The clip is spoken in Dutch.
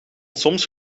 soms